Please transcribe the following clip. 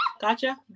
gotcha